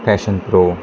fashion pro